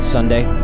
Sunday